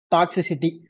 Toxicity